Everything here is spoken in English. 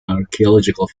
archaeological